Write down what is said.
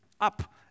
up